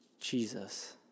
Jesus